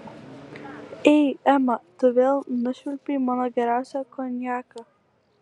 ei ema tu vėl nušvilpei mano geriausią konjaką